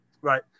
right